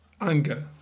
anger